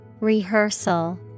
Rehearsal